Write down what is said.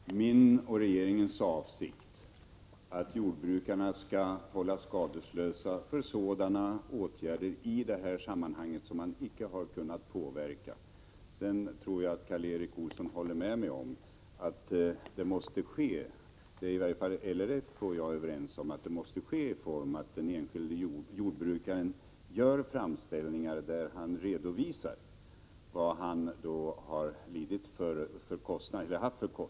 brukare förinkomst Fru talman! Det är min och regeringens avsikt att jordbrukarna skall hållas börtfall på rund SEE skadeslösa för sådana åtgärder i det här sammanhanget som de inte har dioaktivstrålniag kunnat påverka. Sedan tror jag att Karl Erik Olsson håller med mig om att detta måste ske — det är i varje fall LRF och jag överens om — på så sätt att den enskilde jordbrukaren redovisar vilka kostnader han har haft.